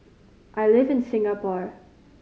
I live in Singapore